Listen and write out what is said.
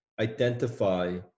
identify